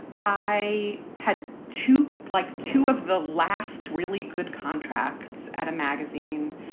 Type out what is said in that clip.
i had to like two of the last really good contracts at a magazine.